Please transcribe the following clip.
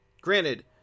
granted